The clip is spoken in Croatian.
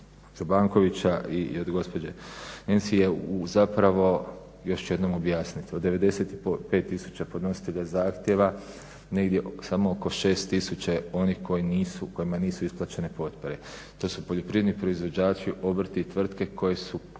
i od gospođe Nensi je u zapravo, još ću jednom objasnit. Od 95000 podnositelja zahtjeva negdje samo oko 6000 je onih kojima nisu isplaćene potpore. To su poljoprivredni proizvođači, obrti i tvrtke koje su